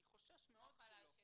אני חושש מאוד שלא.